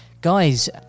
Guys